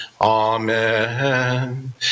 Amen